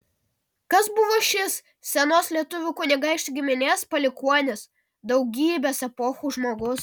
kas buvo šis senos lietuvių kunigaikščių giminės palikuonis daugybės epochų žmogus